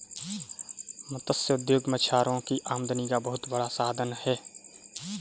मत्स्य उद्योग मछुआरों की आमदनी का बहुत बड़ा साधन है